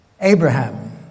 Abraham